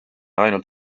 ainult